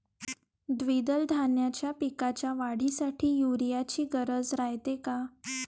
द्विदल धान्याच्या पिकाच्या वाढीसाठी यूरिया ची गरज रायते का?